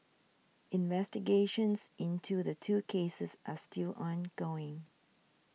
investigations into the two cases are still ongoing